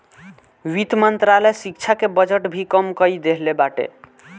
वित्त मंत्रालय शिक्षा के बजट भी कम कई देहले बाटे